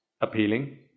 appealing